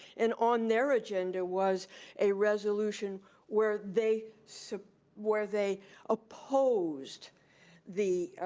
and on their agenda was a resolution where they, so where they opposed the